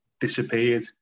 disappeared